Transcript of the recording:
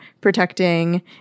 protecting